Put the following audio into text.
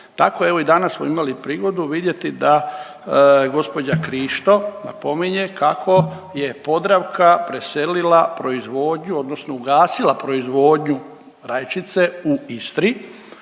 Tako evo i danas smo imali prigodu vidjeti da gđa. Krišto napominje kako je Podravka preselila proizvodnju odnosno ugasila proizvodnju rajčice u Istri,